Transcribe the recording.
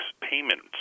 payments